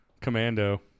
commando